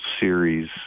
series